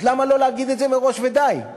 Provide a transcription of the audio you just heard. אז למה לא להגיד את זה מראש ודי?